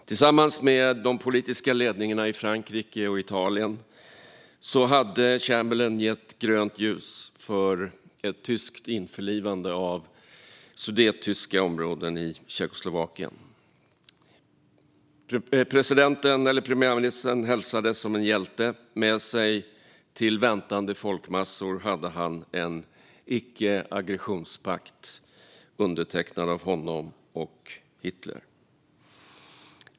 Tillsammans med de politiska ledningarna i Frankrike och Italien hade Chamberlain gett grönt ljus för ett tyskt införlivande av de sudettyska områdena i Tjeckoslovakien. Premiärministern hälsades som en hjälte. Med sig till väntande folkmassor hade han en icke-aggressionspakt undertecknad av honom och Hitler.